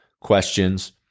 questions